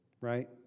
right